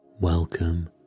Welcome